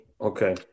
Okay